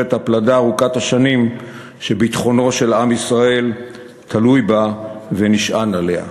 בשרשרת הפלדה ארוכת השנים שביטחונו של עם ישראל תלוי בה ונשען עליה.